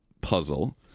puzzle